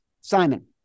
Simon